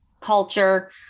culture